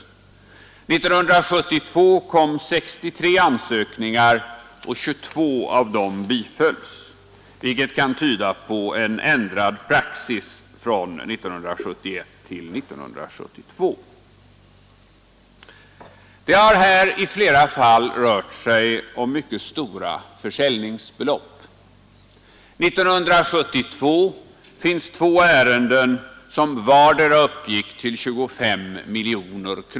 1972 kom 63 ansökningar och 22 av dem bifölls, vilket kan tyda på en ändrad praxis från 1971 till 1972. Det har här i flera fall rört sig om mycket stora försäljningsbelopp — 1972 fanns två ärenden som vartdera handlade om 25 miljoner.